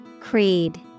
Creed